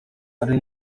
ari